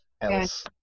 else